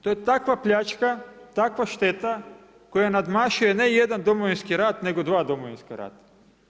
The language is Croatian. To je takva pljačka, takva šteta koja nadmašuje ne jedan Domovinski rat, nego dva Domovinska rata.